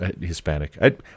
Hispanic